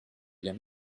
bien